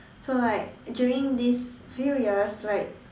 so like during these few years like